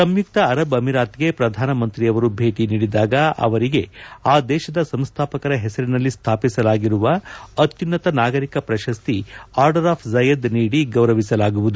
ಸಂಯುಕ್ತ Arab ಅಮಿರಾತ್ಗೆ ಪ್ರಧಾನಮಂತ್ರಿಯವರು ಭೇಟಿ ನೀಡಿದಾಗ ಅವರಿಗೆ ಆ ದೇಶದ ಸಂಸ್ಣಾಪಕರ ಹೆಸರಿನಲ್ಲಿ ಸ್ಣಾಪಿಸಲಾಗಿರುವ ಅತ್ಯುನ್ವತ ನಾಗರಿಕ ಪ್ರಶಸ್ತಿ ಆರ್ಡರ್ ಆಫ್ ಝಯದ್ ನೀಡಿ ಗೌರವಿಸಲಾಗುವುದು